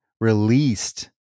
released